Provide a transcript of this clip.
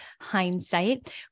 hindsight